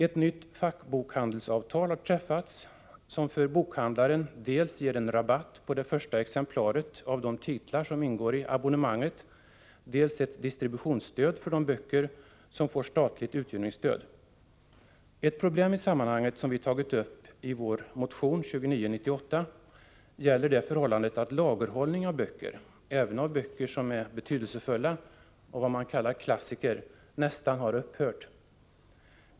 Ett nytt fackbokhandelsavtal har träffats, som för bokhandlaren dels ger en rabatt på det första exemplaret av de titlar som ingår i abonnemanget, dels ett distributionsstöd för de böcker som får statligt utgivningsstöd. Ett problem i sammanhanget som vi har tagit upp i vår motion 2998 gäller det förhållandet att lagerhållning av böcker — även av böcker som är betydelsefulla och är vad man kallar klassiker — nästan har upphört.